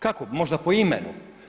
Kako, možda po imenu?